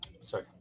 sorry